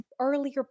earlier